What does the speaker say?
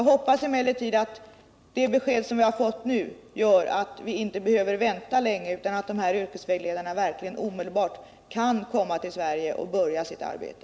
Jag hoppas emellertid att det besked som jag nu har fått gör att vi inte 63 behöver vänta längre utan att de finska yrkesvägledarna omedelbart kan komma till Sverige och börja sitt arbete.